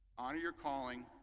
honor your calling.